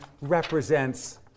represents